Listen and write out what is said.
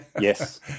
Yes